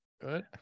Good